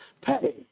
pay